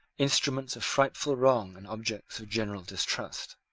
instruments of frightful wrong and objects of general distrust.